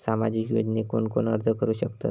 सामाजिक योजनेक कोण कोण अर्ज करू शकतत?